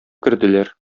керделәр